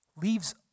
leaves